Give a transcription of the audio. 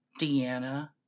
Deanna